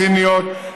סיניות,